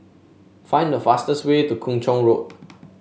find the fastest way to Kung Chong Road